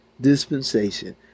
dispensation